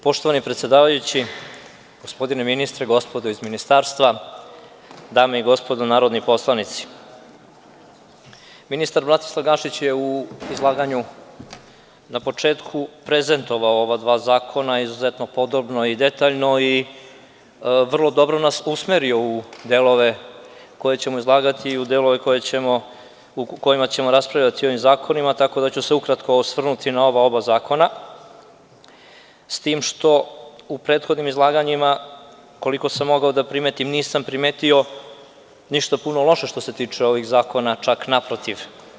Poštovani predsedavajući, gospodine ministre, gospodo iz Ministarstva, dame i gospodo narodni poslanici, ministar Bratislav Gašić je u izlaganju na početku prezentovao ova dva zakona izuzetno podrobno i detaljno i vrlo dobro nas usmerio na delove koje ćemo izlagati i na delove o kojima ćemo raspravljati, tako da ću se ukratko osvrnuti na oba ova zakona, s tim što u prethodnim izlaganjima, koliko sam mogao da primetim, nisam primetio ništa puno loše što se tiče ovih zakona, čak naprotiv.